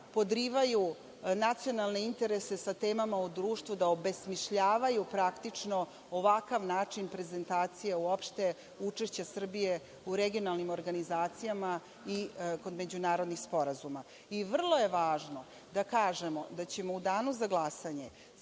podrivaju nacionalne interese sa temama u društvu, da obesmišljavaju praktično ovakav način prezentacije uopšte učešća Srbije u regionalnim organizacijama i kod međunarodnih sporazuma. Vrlo je važno da kažemo da ćemo u danu za glasanje